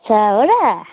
अच्छा हो र